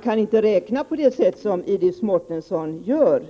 kan man inte räkna på det sätt som Iris Mårtensson gör.